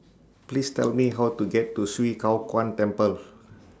Please Tell Me How to get to Swee Kow Kuan Temple